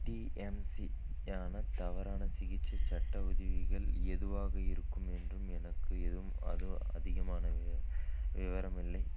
டிஎம்சியான தவறான சிகிச்சை சட்டவிதிகள் எதுவாக இருக்கும் என்றும் எனக்கு எதுவும் அது அதிகமான விவ விவரம் இல்லை